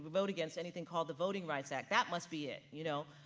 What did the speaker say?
vote against anything called the voting rights act, that must be it, you know.